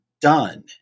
done